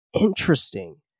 Interesting